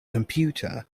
computer